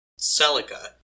Celica